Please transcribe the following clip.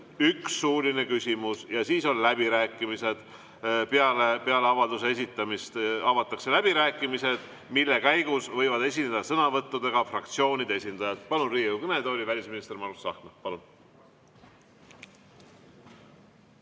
üks suuline küsimus [igaühelt], ja siis on läbirääkimised. Peale avalduse esitamist avatakse läbirääkimised, mille käigus võivad esineda sõnavõtuga fraktsioonide esindajad. Palun Riigikogu kõnetooli välisminister Margus Tsahkna.